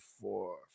four